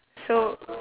so